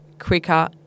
quicker